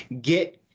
get